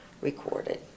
recorded